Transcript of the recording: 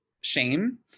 shame